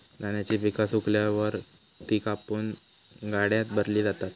धान्याची पिका सुकल्यावर ती कापून गाड्यात भरली जातात